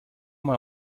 mal